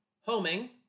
Homing